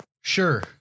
Sure